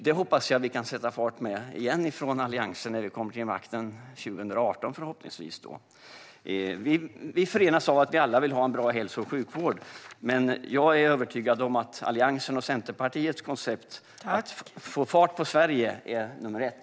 Det hoppas jag att vi kan sätta fart med igen från Alliansen när vi förhoppningsvis kommer till makten 2018. Vi förenas av att vi alla vill ha en bra hälso och sjukvård. Jag är övertygad om att Alliansens och Centerpartiets koncept att få fart på Sverige är nummer ett.